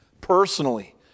personally